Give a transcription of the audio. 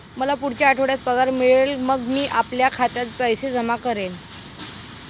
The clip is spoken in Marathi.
मला पुढच्या आठवड्यात पगार मिळेल मग मी आपल्या खात्यात पैसे जमा करेन